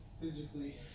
physically